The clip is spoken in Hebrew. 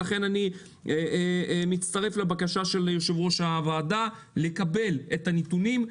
לכן אני מצטרף לבקשה של יושב-ראש הוועדה לקבל את הנתונים.